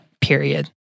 period